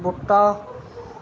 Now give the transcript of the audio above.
बूह्टा